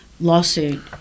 lawsuit